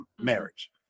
marriage